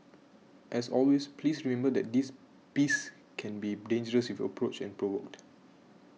as always please remember that these beasts can be dangerous if approached and provoked